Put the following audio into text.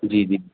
جی جی